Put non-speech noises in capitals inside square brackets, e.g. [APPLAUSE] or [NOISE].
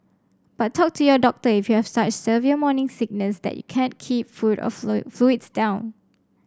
but talk to your doctor if you have such severe morning sickness that you can't keep food or [UNINTELLIGIBLE] fluids down